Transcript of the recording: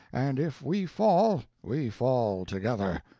and if we fall, we fall together.